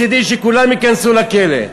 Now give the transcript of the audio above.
מצדי שכולם ייכנסו לכלא,